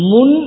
Mun